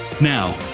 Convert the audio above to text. Now